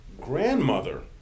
grandmother